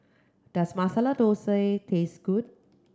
does Masala Dosa taste good